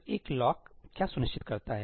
तो एक लॉक क्या सुनिश्चित करता है